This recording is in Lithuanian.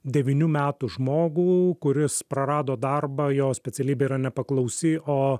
devynių metų žmogų kuris prarado darbą jo specialybė yra nepaklausi o